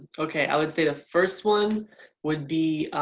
ah okay i would say the first one would be